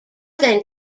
than